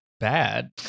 Bad